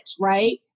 right